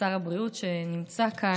ברכות ובהצלחה, וגם לשר הבריאות, שנמצא כאן.